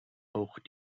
auch